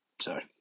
Sorry